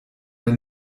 der